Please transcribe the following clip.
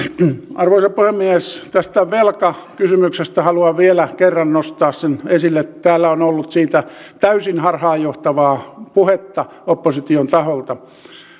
arvoisa puhemies tästä velkakysymyksestä haluan vielä kerran nostaa sen esille että täällä on ollut siitä täysin harhaanjohtavaa puhetta opposition taholta